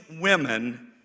women